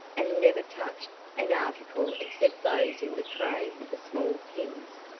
and never touched an article except those in the tray with the small pins.